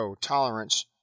tolerance